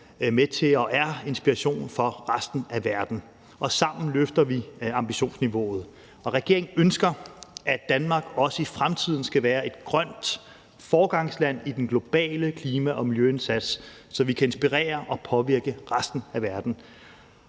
med til og er inspiration for resten af verden, og sammen løfter vi ambitionsniveauet. Regeringen ønsker, at Danmark også i fremtiden skal være et grønt foregangsland i den globale klima- og miljøindsats, så vi kan inspirere og påvirke resten af verden.